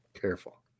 Careful